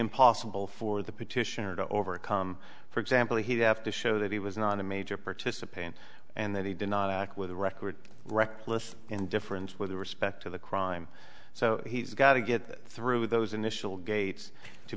impossible for the petitioner to overcome for example he'd have to show that he was not a major participant and that he did not act with a record reckless indifference with respect to the crime so he's got to get through those initial gates to